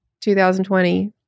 2020